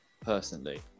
personally